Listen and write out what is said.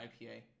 IPA